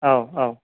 औ औ